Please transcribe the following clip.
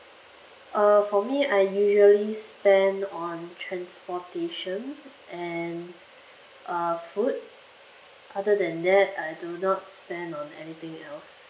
uh for me I usually spend on transportation and uh food other than that I do not spend on anything else